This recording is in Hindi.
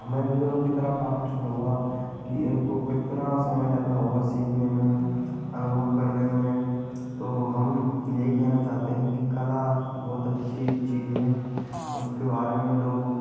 हमें भी उनकी तरफ आकर्षण हुआ कि इनको कितना समय लगा हुआ होगा सीखने में अनुभव करने में तो हम यही कहना चाहते हैं कि कला बहुत अच्छी चीज़ है उसके बारे में